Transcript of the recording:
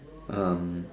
um